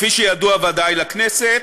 כפי שידוע ודאי לכנסת,